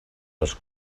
les